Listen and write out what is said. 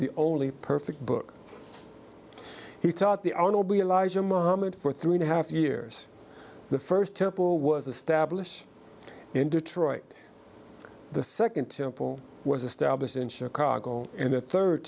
the only perfect book he taught the arnell be allies or mohammad for three and a half years the first temple was established in detroit the second temple was established in chicago and the third